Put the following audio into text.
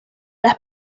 las